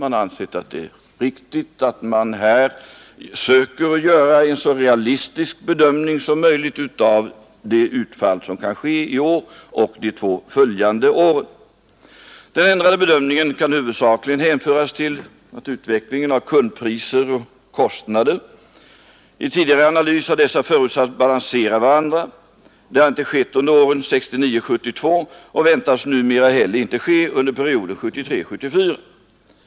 Man har ansett att det är riktigt att söka göra en så realistisk bedömning som möjligt av det utfall som kan ske i år och under de två följande åren. Den ändrade bedömningen kan huvudsakligen hänföras till för det första utvecklingen av kundpriser och kostnader. Vid tidigare analys har dessa förutsatts balansera varandra. Detta har inte skett under åren 1969—1972 och väntas numera heller inte ske under perioden 1973-1974.